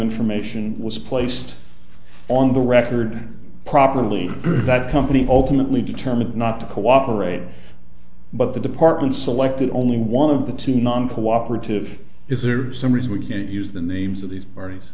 information was placed on the record probably that company ultimately determined not to cooperate but the department selected only one of the two non co operative is there some reason we can't use the names of these